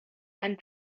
and